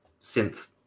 synth